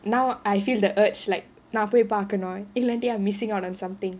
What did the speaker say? now I feel the urge like நான் போய் பாக்கணும் இல்லாட்டி:naan poi paakkanum illaatti I missing out on something